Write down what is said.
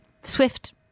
Swift